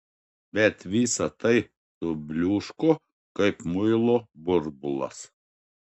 bet visa tai subliūško kaip muilo burbulas